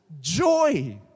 joy